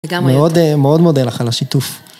מאוד מודה לך על השיתוף.